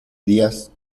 días